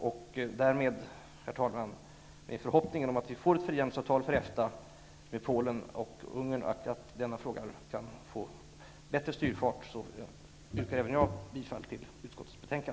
Om EFTA får till stånd ett frihandelsavtal med Polen och Ungern hoppas jag att denna fråga får bättre styrfart. Även jag yrkar bifall till utskottets hemställan.